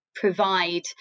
provide